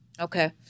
Okay